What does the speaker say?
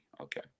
Okay